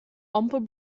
amper